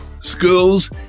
Schools